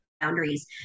boundaries